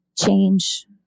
change